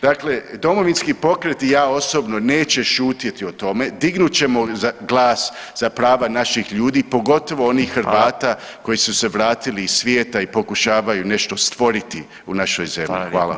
Dakle, Domovinski pokret i ja osobno neće šutjeti o tome, dignut ćemo glas za prava naših ljudi, pogotovo onih Hrvata koji su se vratili iz svijeta i pokušavaju nešto stvoriti u našoj zemlji.